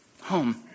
home